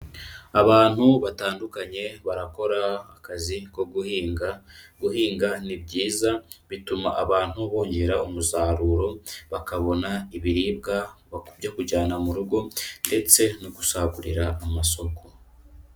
Abantu batandukanye barakora akazi ko guhinga, guhinga ni byiza bituma abantu bongera umusaruro bakabona ibiribwa byo kujyana mu rugo ndetse no gusagurira amasoko.